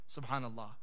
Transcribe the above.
Subhanallah